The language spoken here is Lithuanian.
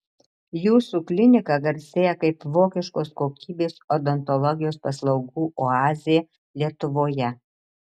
jūsų klinika garsėja kaip vokiškos kokybės odontologijos paslaugų oazė lietuvoje